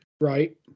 Right